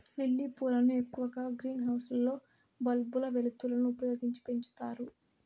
lily పూలను ఎక్కువగా greenhouse లలో బల్బుల వెలుతురును ఉపయోగించి పెంచుతారు